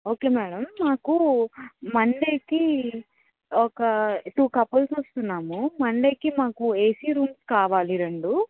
okay madam మాకు మండేకి ఒక టూ కపుల్స్ వస్తున్నాము మండేకి మాకు ఏసీ రూమ్స్ కావాలి రెండు